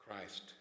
Christ